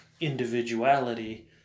individuality